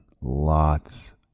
Lots